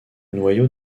noyau